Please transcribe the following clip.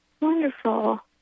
Wonderful